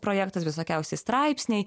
projektas visokiausi straipsniai